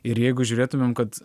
ir jeigu žiūrėtumėm kad